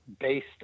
based